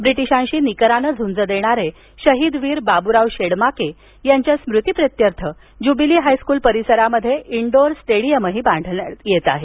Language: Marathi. ब्रिटीशांशी निकराने झूंज देणारे शहीद वीर बाब्राव शेडमाके यांच्या स्मृतीप्रित्यर्थ ज्यूबिली हायस्क्ल परिसरात इनडोअर स्टेडियमही बांधण्यात येत आहे